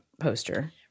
poster